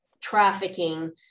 trafficking